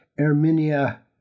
Erminia